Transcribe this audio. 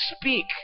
speak